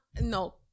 No